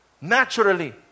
naturally